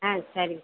ஆ சேரிங்க